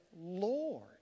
Lord